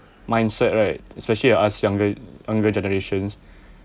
mindset right especially you ask younger younger generations